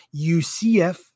UCF